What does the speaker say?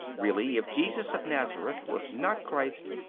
really, if jesus of nazareth was not christ,